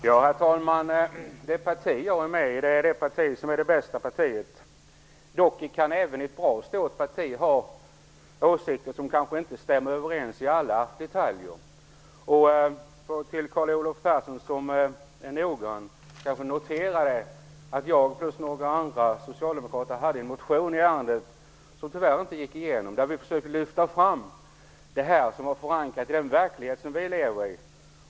Herr talman! Det parti jag är med i är det bästa partiet. Dock kan även ett bra och stort parti ha åsikter som kanske inte stämmer överens med mina i alla detaljer. Carl Olov Persson som är noggrann kanske noterade att jag och några andra socialdemokrater hade en motion i ärendet som tyvärr inte gick igenom. Där försökte vi lyfta fram det som är förankrat i den verklighet som vi lever i.